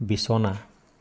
বিছনা